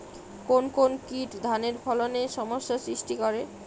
কোন কোন কীট ধানের ফলনে সমস্যা সৃষ্টি করে?